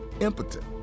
impotent